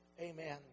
Amen